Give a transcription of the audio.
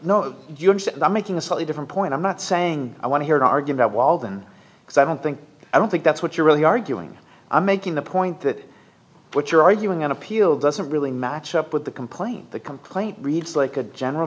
no you're making a slightly different point i'm not saying i want to hear to argue about walden because i don't think i don't think that's what you're really arguing i'm making the point that what you're arguing on appeal doesn't really match up with the complaint the complaint reads like a general